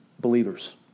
believers